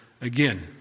again